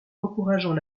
encourageant